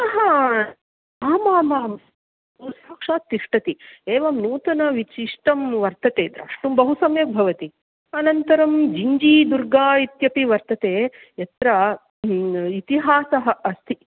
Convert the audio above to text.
आमामां साक्षात् तिष्ठति एवं नूतनविशिष्टं वर्तते द्रष्टुं बहु सम्यक् भवति अनन्तरं जिञ्जी दुर्गा इत्यपि वर्तते यत्र इतिहासः अस्ति